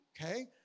okay